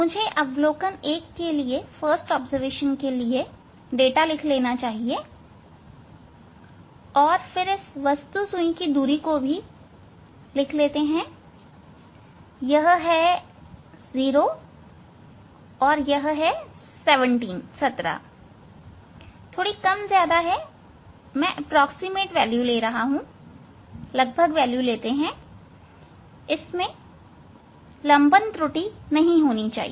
मुझे अवलोकन 1 के डाटा को लिख लेना चाहिए और फिर वस्तु सुई की दूरी को भी यहां यह 0 है और यह वाली 17 है थोड़ी कम ज्यादा है मैं लगभग ले रहा हूं इसमें लंबन त्रुटि नहीं होनी चाहिए